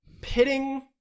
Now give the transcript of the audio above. pitting